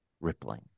rippling